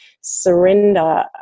surrender